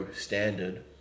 standard